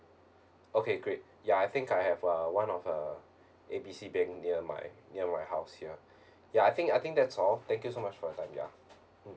okay great ya I think I have a one of a A B C bank near my near my house here ya I think I think that's all thank you so much for your time ya mm